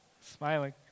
Smiling